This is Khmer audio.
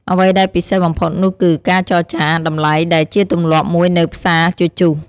អ្វីដែលពិសេសបំផុតនោះគឺ ការចរចា តម្លៃ ដែលជាទម្លាប់មួយនៅផ្សារជជុះ។